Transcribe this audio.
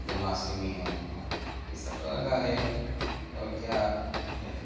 جنماسٹمی ہیں یہ سب طرح کا ہے اور کیا ہے